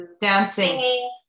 Dancing